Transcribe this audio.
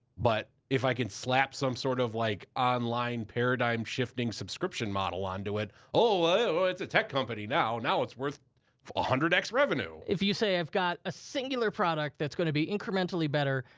but if i can slap some sort of like online paradigm-shifting subscription model onto it, oh, it's a tech company now. now it's worth one ah hundred x revenue. if you say, i've got a singular product that's gonna be incrementally better,